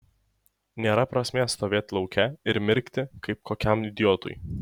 nėra prasmės stovėti lauke ir mirkti kaip kokiam idiotui